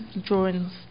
drawings